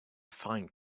find